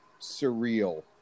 surreal